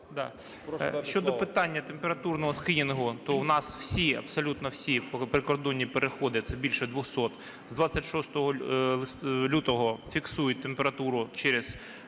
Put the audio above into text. Щодо питання температурного скринінгу, то в нас всі, абсолютно всі, прикордонні переходи, це більше 200, з 26 лютого фіксують температуру через